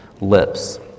lips